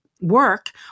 work